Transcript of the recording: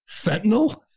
fentanyl